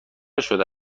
شده